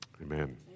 Amen